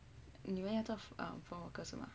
and 你们要做会 out of focus 吗